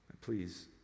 Please